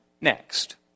next